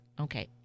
Okay